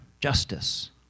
justice